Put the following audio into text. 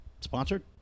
sponsored